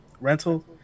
rental